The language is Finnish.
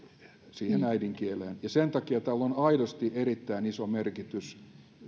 siihen äidinkieleen ja sen takia tällä on aidosti erittäin iso merkitys